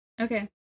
Okay